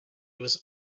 was